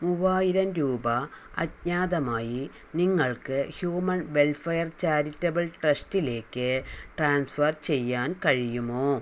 മൂവായിരം രൂപ അജ്ഞാതമായി നിങ്ങൾക്ക് ഹ്യൂമൻ വെൽഫെയർ ചാരിറ്റബിൾ ട്രസ്റ്റിലേക്ക് ട്രാൻസ്ഫർ ചെയ്യാൻ കഴിയുമോ